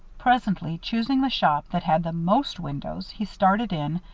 presently, choosing the shop that had the most windows, he started in,